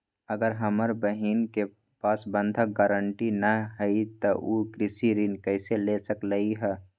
अगर हमर बहिन के पास बंधक गरान्टी न हई त उ कृषि ऋण कईसे ले सकलई ह?